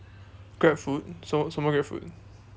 grab food 什么什么 grab food